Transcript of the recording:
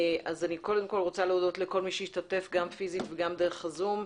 אני קודם כל רוצה להודות לכל מי שהשתתף גם פיסית וגם דרך הזום.